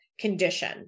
Condition